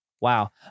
Wow